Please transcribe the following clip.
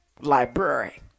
library